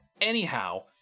Anyhow